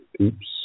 Oops